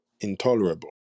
intolerable